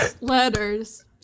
letters